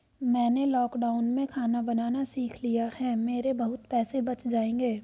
मैंने लॉकडाउन में खाना बनाना सीख लिया है, मेरे बहुत पैसे बच जाएंगे